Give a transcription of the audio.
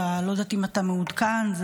אם אתה מעודכן,